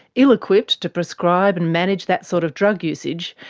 ill-equipped to prescribe and manage that sort of drug usage,